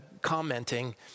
commenting